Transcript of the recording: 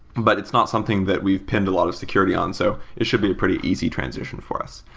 but it's not something that we've pinned a lot of security on. so it should be a pretty easy transition for us.